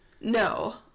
No